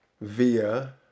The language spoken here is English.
via